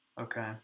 okay